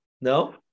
No